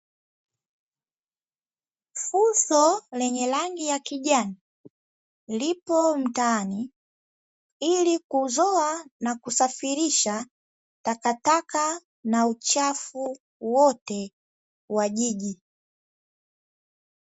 Fuso lenye rangi ya kijani, lipo mtaani ili kuzoa na kusafirisha takataka na uchafu wote wa jiji.